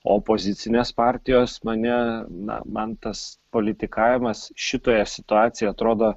opozicinės partijos mane na man tas politikavimas šitoje situacijoje atrodo